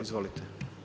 Izvolite.